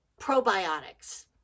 probiotics